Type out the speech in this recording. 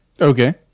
Okay